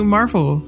Marvel